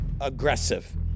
aggressive